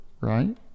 right